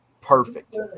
perfect